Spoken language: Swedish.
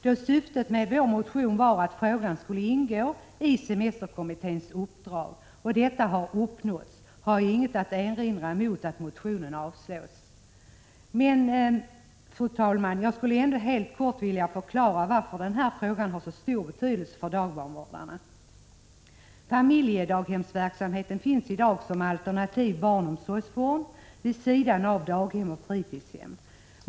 Då syftet med vår motion var att frågan skulle ingå i semesterkommitténs uppdrag och detta har uppnåtts, har jag inget att erinra mot att motionen avslås. Men, fru talman, jag skulle ändå helt kort vilja förklara varför den här frågan har så stor betydelse för dagbarnvårdarna. Familjedaghemsverksamhet finns i dag som alternativ barnomsorgsform vid sidan av daghem och fritidshem.